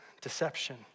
deception